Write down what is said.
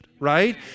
right